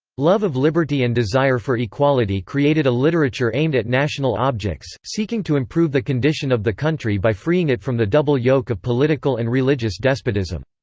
love of liberty and desire for equality created a literature aimed at national objects, seeking to improve the condition of the country by freeing it from the double yoke of political and religious despotism.